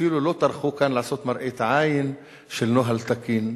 אפילו לא טרחו לעשות כאן מראית עין של נוהל תקין.